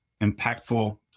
impactful